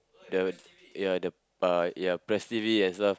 the ya the uh ya and stuff